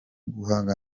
guhana